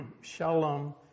Shalom